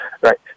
right